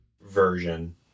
version